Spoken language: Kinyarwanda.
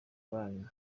banyu